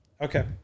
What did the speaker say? Okay